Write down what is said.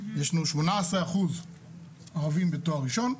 יש לנו 18% ערבים בתואר ראשון,